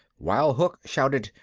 while hook shouted,